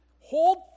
Hold